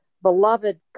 beloved